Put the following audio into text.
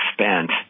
spent